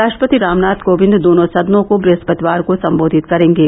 राष्ट्रपति रामनाथ कोविंद दोनों सदनों को ब्रहस्पतिवार को संबोधित करेंगे